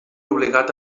obligat